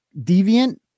deviant